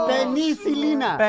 Penicilina